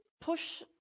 push